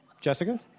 Jessica